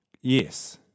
Yes